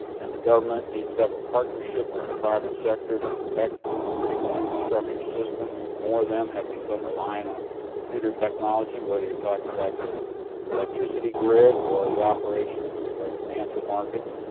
and the government needs to have a partnership with the private sector to protect critical infrastructure systems. and more of them have become reliant on computer technology, whether you're talking about the electricity grid or the operations of our financial markets.